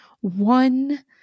one